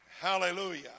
Hallelujah